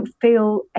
feel